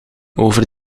over